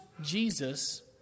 Jesus